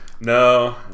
No